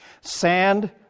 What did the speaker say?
sand